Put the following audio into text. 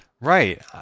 Right